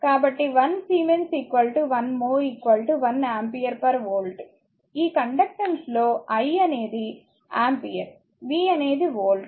కాబట్టి 1 siemens 1 mho 1 ampere volt ఈ conductance లో i అనేది ఆంపియర్ v అనేది వోల్ట్